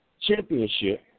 championship